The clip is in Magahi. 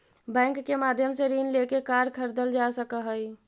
बैंक के माध्यम से ऋण लेके कार खरीदल जा सकऽ हइ